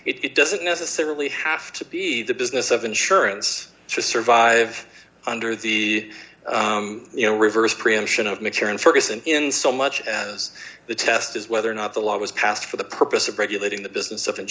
out it doesn't necessarily have to be the business of insurance to survive under the you know reverse preemption of mccarren ferguson in so much as the test is whether or not the law was passed for the purpose of regulating the business of in